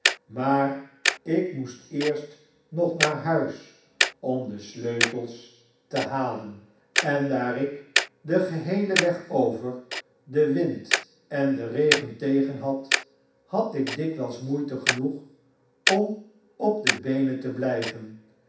maar ik moest eerst nog naar huis om de sleutels te halen en barnaby rudge daar ik den geheelen weg over den wind en den regen tegen had had ik dikwijls moeite genoeg om op de beenen te blijven